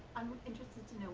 interested to